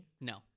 no